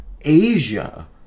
asia